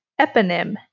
Eponym